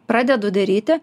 pradedu daryti